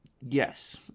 Yes